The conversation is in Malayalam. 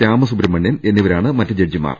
രാമസുബ്രഹ്മണ്യൻ എന്നിവരാണ് മറ്റ് ജഡ്ജി മാർ